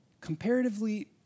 Comparatively